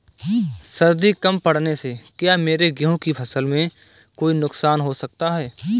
सर्दी कम पड़ने से क्या मेरे गेहूँ की फसल में कोई नुकसान हो सकता है?